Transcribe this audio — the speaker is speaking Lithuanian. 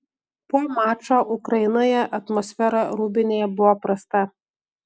po mačo ukrainoje atmosfera rūbinėje buvo prasta